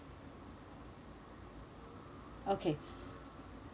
okay